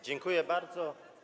Dziękuję bardzo.